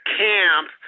camp